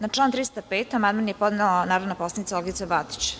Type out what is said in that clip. Na član 305. amandman je podnela narodna poslanica Olgica Batić.